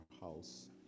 house